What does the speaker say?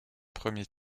premier